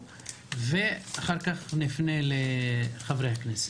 ואחר כך נפנה לחברי הכנסת.